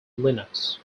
linux